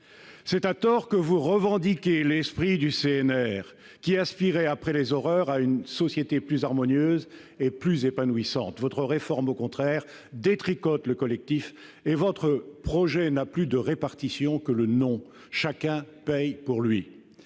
C'est à tort que vous revendiquez l'esprit du CNR, qui aspirait, après les horreurs, à une société plus harmonieuse, plus épanouissante. Votre réforme, au contraire, détricote le collectif, et votre projet n'a plus de répartition que le nom. Chacun paie pour lui.